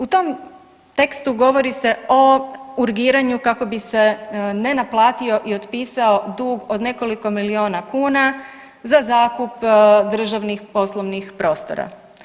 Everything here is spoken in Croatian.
U tom tekstu govori se o urgiranju kako bi se nenaplatio i otpisao dug od nekoliko milijuna kuna, za zakup državnih poslovnih prostora.